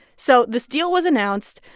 so this deal was announced.